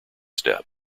step